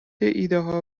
ایدهها